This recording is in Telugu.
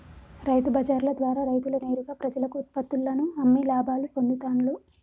రైతు బజార్ల ద్వారా రైతులు నేరుగా ప్రజలకు ఉత్పత్తుల్లను అమ్మి లాభాలు పొందుతూండ్లు